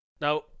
Now